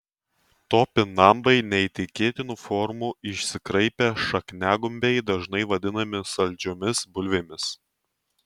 topinambai neįtikėtinų formų išsikraipę šakniagumbiai dažnai vadinami saldžiomis bulvėmis